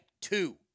two